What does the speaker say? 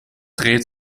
dreht